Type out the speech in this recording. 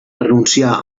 renuncià